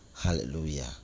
Hallelujah